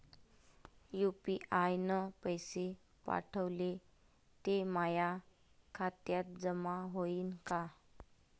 UPI न पैसे पाठवले, ते माया खात्यात जमा होईन का?